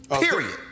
Period